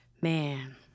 man